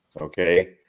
Okay